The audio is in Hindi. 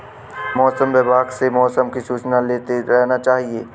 मौसम विभाग से मौसम की सूचना लेते रहना चाहिये?